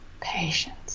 Patience